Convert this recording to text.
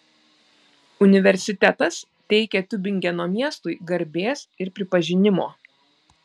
universitetas teikia tiubingeno miestui garbės ir pripažinimo